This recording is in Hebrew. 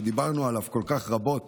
שדיברנו עליו רבות